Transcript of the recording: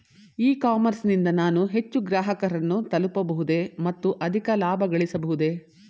E commerce ನಿಂದ ನಾನು ಹೆಚ್ಚು ಗ್ರಾಹಕರನ್ನು ತಲುಪಬಹುದೇ ಮತ್ತು ಅಧಿಕ ಲಾಭಗಳಿಸಬಹುದೇ?